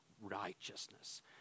righteousness